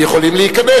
יכולים להיכנס.